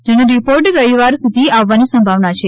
જેનો રિપોર્ટ રવિવાર સુધી આવવાની સંભાવના છે